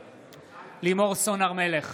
בעד לימור סון הר מלך,